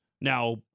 Now